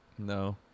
No